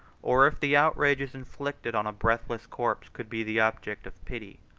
or if the outrages inflicted on a breathless corpse could be the object of pity,